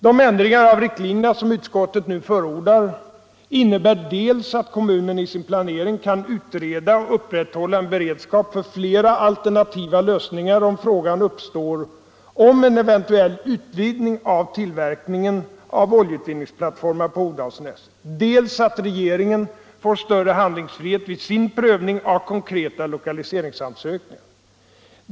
De ändringar av riktlinjerna som utskottet nu förordar innebär dels att kommunen i sin planering kan utreda och upprätthålla en beredskap för flera alternativa lösningar om frågan uppstår om en eventuell utvidgning av tillverkningen av oljeutvinningsplattformar på Hogdalsnäset, dels att regeringen får större handlingsfrihet vid sin prövning av konkreta lokaliseringsansökningar.